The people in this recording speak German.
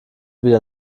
wieder